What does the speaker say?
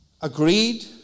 agreed